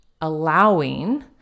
allowing